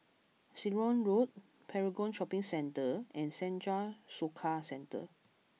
Ceylon Road Paragon Shopping Centre and Senja Soka Centre